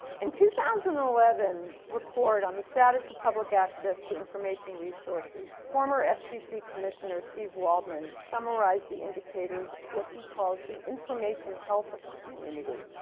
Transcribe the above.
in two thousand and eleven report on the status of public access to information resources the former ah fcc commissioner, steve waldman, summarized the indicators of what he calls the information health of a community.